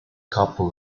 couple